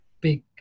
big